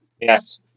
Yes